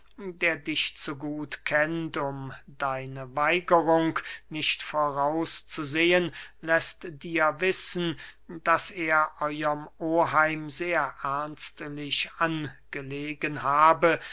der dich zu gut kennt um deine weigerung nicht voraus zu sehen läßt dir wissen daß er euerm oheim sehr ernstlich angelegen habe